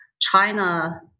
China